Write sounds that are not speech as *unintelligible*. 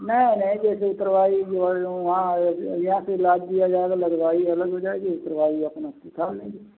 नहीं नहीं जैसे उतरवाई *unintelligible* वहाँ यहाँ से लाद दिया जाएगा लदवाई अलग हो जाएगी उतरवाई अपना उठा लेंगे